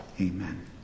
amen